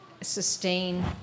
sustain